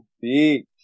Beach